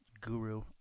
guru